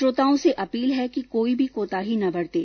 श्रोताओं से अपील है कि कोई भी कोताही न बरतें